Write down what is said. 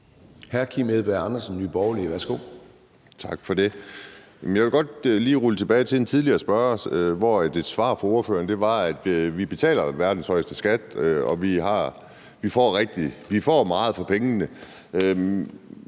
10:57 Kim Edberg Andersen (NB): Tak for det. Jeg vil godt lige spole tilbage til en tidligere spørger, hvor et svar fra ordføreren var, at vi betaler verdens højeste skat, og at vi får meget for pengene.